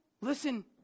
listen